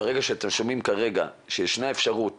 ברגע שאתם שומעים שישנה אפשרות